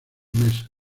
mes